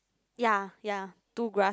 ya ya two grass